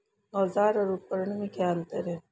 औज़ार और उपकरण में क्या अंतर है?